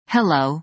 Hello